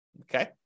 Okay